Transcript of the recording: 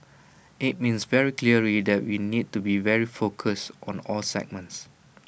IT means very clearly that we need to be very focused on all segments